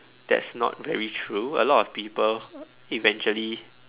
that's not very true a lot of people eventually